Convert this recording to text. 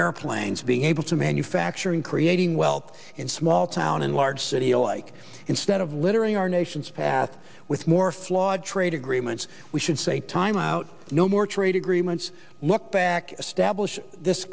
airplanes being able to manufacture sure in creating wealth in small town and large city alike instead of littering our nation's path with more flawed trade agreements we should say time out no more trade agreements look back stablish this